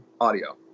audio